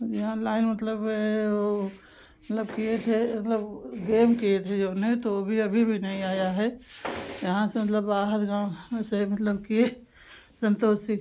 जो ऑनलाइन मतलब है वह मतलब किए थे मतलब वह गेम किए थे जो है तो वह भी अभी भी नहीं आया है यहाँ से मतलब बाहर गाँव ऐसे मतलब किए संतोषी